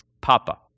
Papa